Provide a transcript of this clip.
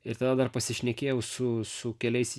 ir tada dar pasišnekėjau su su keliais